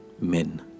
men